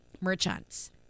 merchants